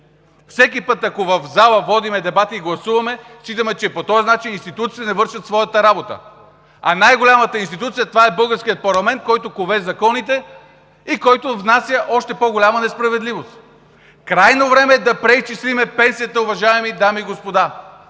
Всеки път, ако в залата водим дебати и гласуваме, считаме, че по този начин институциите не вършат своята работа, а най-голямата институция това е българският парламент, който кове законите и който внася още по голяма несправедливост. Крайно време е да преизчислим пенсиите, уважаеми дами и господа!